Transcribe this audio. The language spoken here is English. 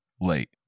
late